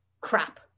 crap